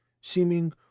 seeming